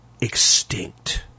Extinct